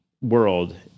world